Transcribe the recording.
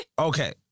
Okay